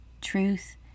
truth